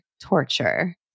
torture